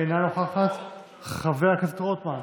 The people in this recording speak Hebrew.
אינה נוכחת, חבר הכנסת רוטמן,